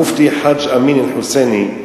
המופתי חאג' אמין אל-חוסייני,